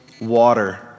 water